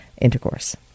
intercourse